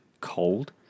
cold